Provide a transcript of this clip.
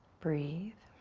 breathe.